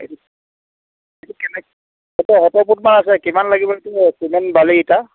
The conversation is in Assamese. কেনেকৈ সত্তৰ ফুটমান আছে কিমান লাগিব এইটো চিমেণ্ট বালি ইটা